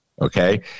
okay